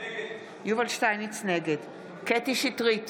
נגד קטי קטרין שטרית,